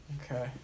okay